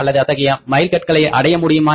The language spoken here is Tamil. அல்லது அத்தகைய மைல் கற்களை அடைய முடியுமா